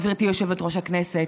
גברתי יושבת-ראש הישיבה,